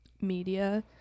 media